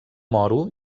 moro